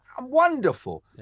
wonderful